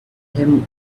him